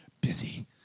busy